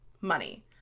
money